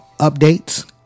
updates